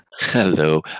Hello